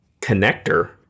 connector